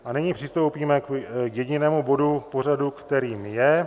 A nyní přistoupíme k jedinému bodu pořadu, kterým je